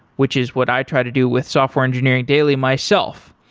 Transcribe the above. which is what i try to do with software engineering daily myself,